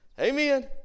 Amen